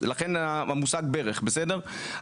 לכן המושג ברך בסדר?